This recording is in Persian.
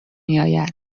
میآید